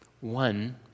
One